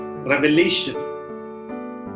revelation